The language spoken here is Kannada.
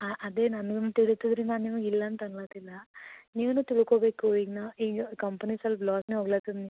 ಆ ಅದೇ ನನಗೂನು ತಿಳಿತದೆ ರೀ ನಾನು ನಿಮ್ಗೆ ಇಲ್ಲ ಅಂತ ಅನ್ನಲತಿಲ್ಲ ನೀವೂನು ತಿಳ್ಕೋಬೇಕು ಈಗ ನಾ ಈಗ ಕಂಪ್ನೀಸಲ ಲಾಸಿನಾಗೆ ಹೋಗ್ಲತದ್